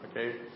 Okay